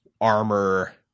armor